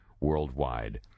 worldwide